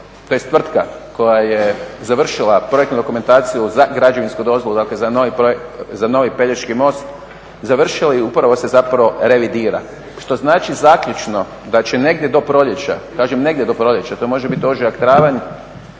tj. tvrtka koja je završila projektnu dokumentaciju za građevinsku dozvolu, dakle za novi Pelješki most završili i upravo se zapravo revidira, što znači zaključno da će negdje do proljeća, kažem negdje do proljeća, to može bit ožujak, travanj,